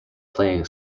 playing